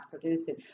producing